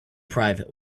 private